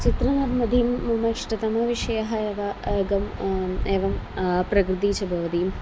चित्रनमतिं मम इष्टतमविषयः एव एकम् एवं प्रकृतिः च भवति